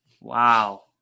wow